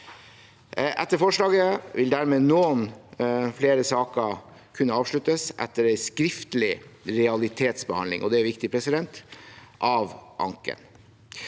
Etter forslaget vil dermed noen flere saker kunne avsluttes etter en skriftlig realitetsbehandling – og